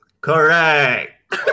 Correct